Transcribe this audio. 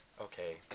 Okay